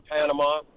Panama